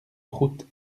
croûte